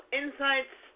insights